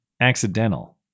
accidental